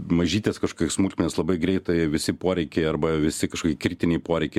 mažytės kažkokios smulkmenos labai greitai visi poreikiai arba visi kažkokie kritiniai poreikiai